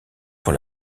pour